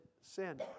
sin